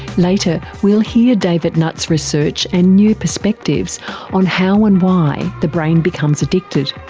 later we'll hear david nutt's research and new perspectives on how and why the brain becomes addicted.